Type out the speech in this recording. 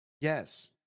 Yes